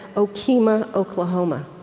okemah, oklahoma.